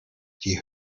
die